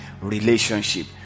relationship